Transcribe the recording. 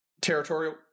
territorial